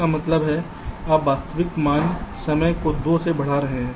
इसका क्या मतलब है आप वास्तविक आगमन समय को 2 से बढ़ा रहे हैं